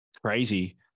crazy